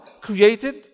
created